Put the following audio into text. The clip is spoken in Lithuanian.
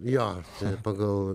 jo pagal